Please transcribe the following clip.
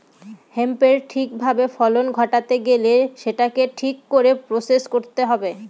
হেম্পের ঠিক ভাবে ফলন ঘটাতে গেলে সেটাকে ঠিক করে প্রসেস করতে হবে